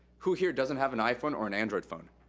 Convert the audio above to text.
who here doesn't have an iphone or an android phone?